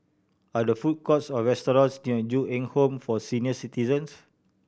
are the food courts or restaurants near Ju Eng Home for Senior Citizens